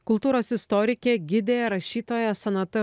kultūros istorikė gidė rašytoja sonata